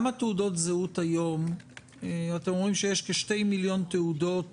אתם אומרים שהיום יש כ-2 מיליון תעודות